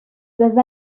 peuvent